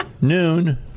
noon